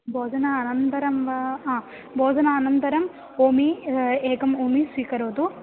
भोजनानन्तरं वा आ भोजनानन्तरम् ओमि एकम् ओमि स्वीकरोतु